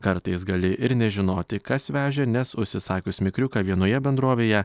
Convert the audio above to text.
kartais gali ir nežinoti kas vežė nes užsisakius mikriuką vienoje bendrovėje